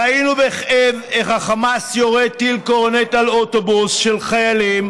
ראינו בכאב איך החמאס יורה טיל קורנט על אוטובוס של חיילים,